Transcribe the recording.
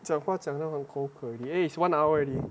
讲话讲到很口渴 eh it's one hour already